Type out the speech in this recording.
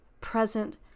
present